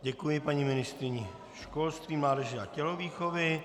Děkuji paní ministryni školství, mládeže a tělovýchovy.